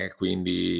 quindi